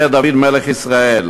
אומר דוד מלך ישראל.